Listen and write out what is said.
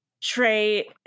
trey